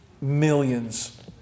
millions